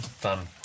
done